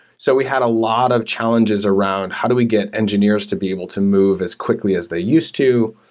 so we had a lot of challenges around how do we get engineers to be able to move as quickly as they used to.